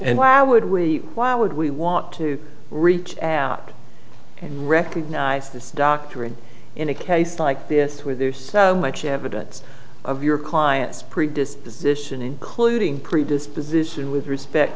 and why would we why would we want to reach out and recognize this doctrine in a case like this where there's much evidence of your client's predisposition including predisposition with respect